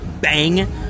bang